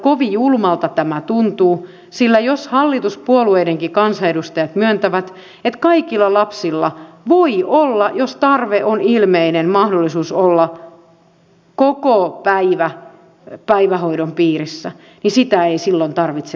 kovin julmalta tämä tuntuu sillä jos hallituspuolueidenkin kansanedustajat myöntävät että kaikilla lapsilla voi olla jos tarve on ilmeinen mahdollisuus olla kokopäivähoidon piirissä ja sitä ei silloin tarvitse leikata